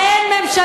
למה?